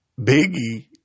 Biggie